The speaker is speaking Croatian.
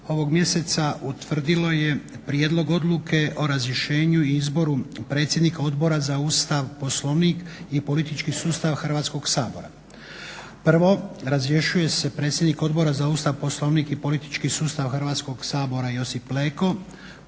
ovog mjeseca utvrdilo je Prijedlog odluke o razrješenju i izboru predsjednika Odbora za Ustav, Poslovnik i politički sustav Hrvatskog sabora. 1., razrješuje se predsjednik Odbora za Ustav, Poslovnik i politički sustav Hrvatskog sabora Josip Leko.